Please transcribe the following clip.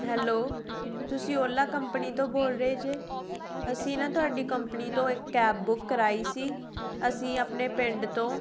hello ਤੁਸੀਂ Ola company ਤੋਂ ਬੋਲ ਰਹੇ ਜੇ ਅਸੀਂ ਨਾ ਤੁਹਾਡੀ ਕੰਪਨੀ ਤੋਂ ਇੱਕ ਕੈਬ ਬੁੱਕ ਕਰਵਾਈ ਸੀ ਅਸੀਂ ਆਪਣੇ ਪਿੰਡ ਤੋਂ